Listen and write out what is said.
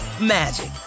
magic